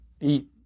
eat